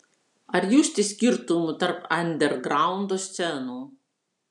ar justi skirtumų tarp andergraundo scenų